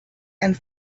and